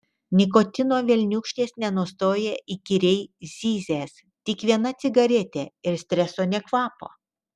nikotino velniūkštis nenustoja įkyriai zyzęs tik viena cigaretė ir streso nė kvapo